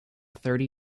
thirty